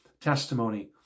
testimony